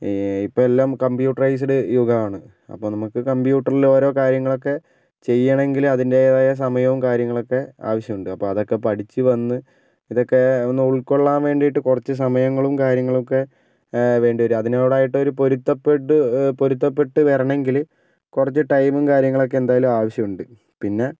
ഇപ്പോൾ എല്ലാം കമ്പ്യൂട്ടറൈസ്ഡ് യുഗമാണ് അപ്പം നമുക്ക് കമ്പ്യൂട്ടറിലോരോ കാര്യങ്ങളൊക്കെ ചെയ്യണമെങ്കില് അതിന്റേതായ സമയവും കാര്യങ്ങളൊക്കെ ആവശ്യമുണ്ട് അപ്പോൾ അതൊക്കെ പഠിച്ച് വന്ന് അതൊക്കെ ഒന്ന് ഉൾക്കൊള്ളാൻ വേണ്ടിയിട്ട് കുറച്ച് സമയങ്ങളും കാര്യങ്ങളൊക്കെ വേണ്ടിവരും അതിനോടായിട്ടൊരു പൊരുത്തപ്പെട് പൊരുത്തപ്പെട്ട് വരണമെങ്കില് കുറച്ച് ടൈമും കാര്യങ്ങളൊക്കെ എന്തായാലും ആവശ്യമുണ്ട് പിന്നെ